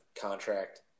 contract